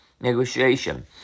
Negotiation